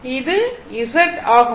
இது எனது Z ஆகும்